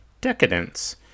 Decadence